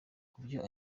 kubyo